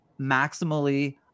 maximally